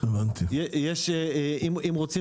אם רוצים